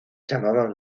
llamaban